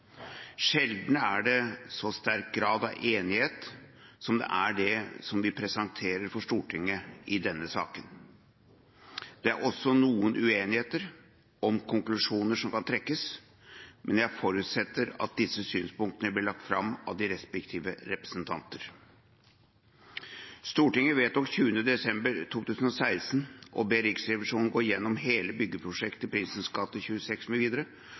Sjelden er det så sterk grad av enighet som det er i det vi presenterer for Stortinget i denne saken. Det er også noen uenigheter – om konklusjoner som skal trekkes. Jeg forutsetter at disse synspunktene blir lagt fram av de respektive representanter. Stortinget vedtok 20. desember 2016 å be Riksrevisjonen gå gjennom hele byggeprosjektet Prinsens gate 26